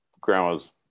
grandma's